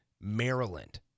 Maryland